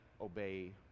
obey